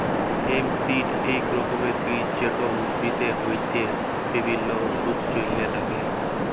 hemp seed এক রকমের বীজ যেটা উদ্ভিদ হইতে বিভিল্য ওষুধের জলহে লাগ্যে